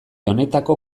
honetako